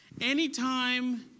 Anytime